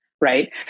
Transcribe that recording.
Right